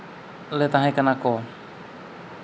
ᱞᱮ ᱛᱟᱦᱮᱸ ᱠᱟᱱᱟ ᱠᱚ